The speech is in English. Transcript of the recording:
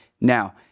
now